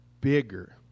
bigger